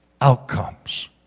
outcomes